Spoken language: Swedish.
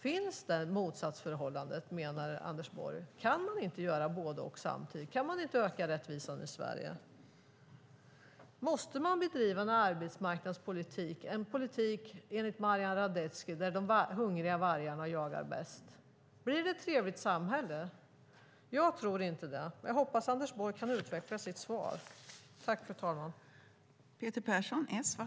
Finns det motsatsförhållandet, menar Anders Borg? Kan man inte göra både och samtidigt? Kan man inte öka rättvisan i Sverige? Måste man bedriva en arbetsmarknadspolitik där, enligt Marian Radetzki, de hungriga vargarna jagar bäst? Blir det ett trevligt samhälle? Jag tror inte det. Jag hoppas att Anders Borg kan utveckla sitt svar.